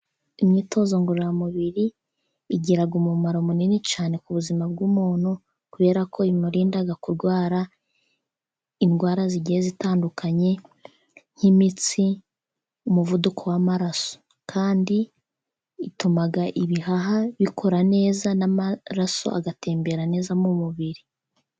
Imyitozo ngororamubiri igira umumaro munini cyane ku buzima bw’umuntu, kubera ko imurinda kurwara indwara zigiye zitandukanye, nk’imitsi, umuvuduko w’amaraso. Kandi ituma ibihaha bikora neza, n’amaraso agatembera neza mu mubiri.